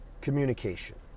communication